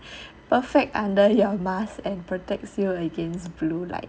perfect under your mask and protects you against blue light